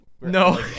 No